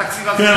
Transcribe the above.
התקציב הזה לא,